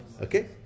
Okay